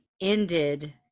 ended